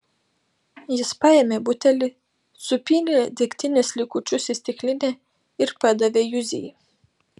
jis paėmė butelį supylė degtinės likučius į stiklinę ir padavė juzei